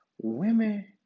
women